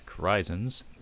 horizons